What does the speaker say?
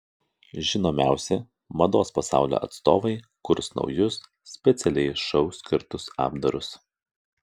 žinomiausi mados pasaulio atstovai kurs naujus specialiai šou skirtus apdarus